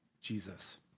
Jesus